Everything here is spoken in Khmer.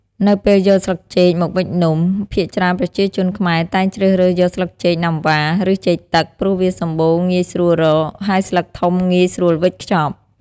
នៅពេលយកស្លឹកចេកមកវេចនំ ភាគច្រើនប្រជាជនខ្មែរតែងជ្រើសរើសយកស្លឹកចេកណាំវ៉ា ឬចេកទឹក ព្រោះវាសម្បូរងាយស្រួលរក ហើយស្លឹកធំងាយស្រួលវេចខ្ចប់។